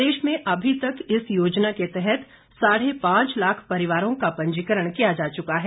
प्रदेश में अभी तक इस योजना के तहत साढ़े पांच लाख परिवारों का पंजीकरण किया जा चुका है